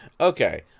Okay